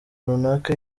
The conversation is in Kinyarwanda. runaka